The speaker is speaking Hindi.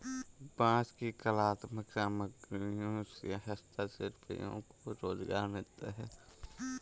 बाँस की कलात्मक सामग्रियों से हस्तशिल्पियों को रोजगार मिलता है